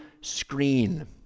screen